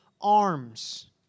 arms